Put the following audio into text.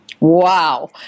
Wow